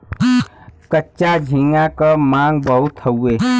कच्चा झींगा क मांग बहुत हउवे